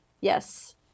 Yes